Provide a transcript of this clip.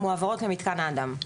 מועברות למתקן אדם,